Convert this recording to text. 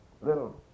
little